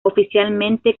oficialmente